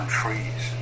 trees